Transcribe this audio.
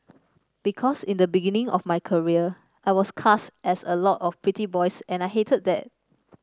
because in the beginning of my career I was cast as a lot of pretty boys and I hated that